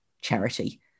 charity